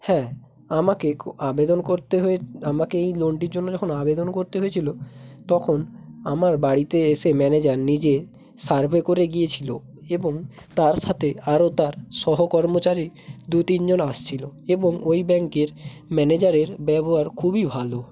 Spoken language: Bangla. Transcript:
হ্যাঁ আমাকে ক আবেদন করতে হয়ে আমাকে এই লোনটির জন্য যখন আবেদন করতে হয়েছিলো তখন আমার বাড়িতে এসে ম্যানেজার নিজে সার্ভে করে গিয়েছিলো এবং তার সাথে আরো তার সহ কর্মচারী দু তিনজন আসছিলো এবং ওই ব্যাঙ্কের ম্যানেজারের ব্যবহার খুবই ভালো